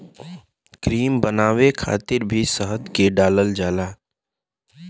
cream बनावे खातिर भी शहद के डालल जाला